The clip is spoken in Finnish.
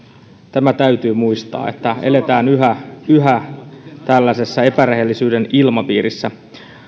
tämä täytyy muistaa että eletään yhä yhä tällaisessa epärehellisyyden ilmapiirissä